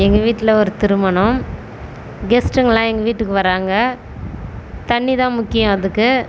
எங்கள் வீட்டில் ஒரு திருமணம் கெஸ்ட்டுங்கல்லாம் எங்கள் வீட்டுக்கு வராங்க தண்ணி தான் முக்கியம் அதுக்கு